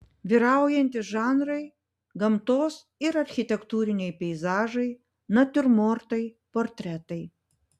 vyraujantys žanrai gamtos ir architektūriniai peizažai natiurmortai portretai